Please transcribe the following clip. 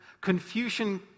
Confucian